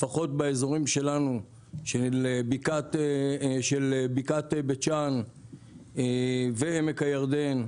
לפחות באזורים שלנו של בקעת בית שאן ועמק הירדן,